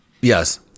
yes